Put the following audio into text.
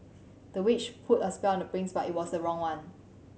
the witch put a spell on the prince but it was the wrong one